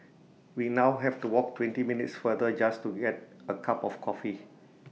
we now have to walk twenty minutes farther just to get A cup of coffee